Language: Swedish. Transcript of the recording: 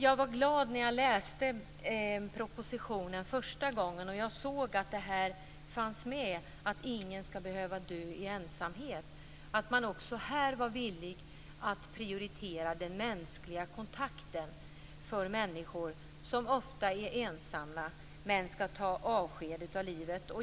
Jag var glad när jag läste propositionen första gången och såg att det fanns med att ingen skall behöva dö i ensamhet och att man också här var villig att prioritera den mänskliga kontakten för människor som ofta är ensamma när de skall ta avsked av livet.